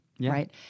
right